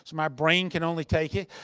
my brain can only take it.